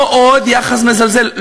לא עוד יחס מזלזל,